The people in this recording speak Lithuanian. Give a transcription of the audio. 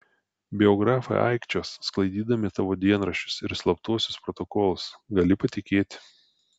biografai aikčios sklaidydami tavo dienoraščius ir slaptuosius protokolus gali patikėti